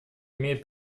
имеет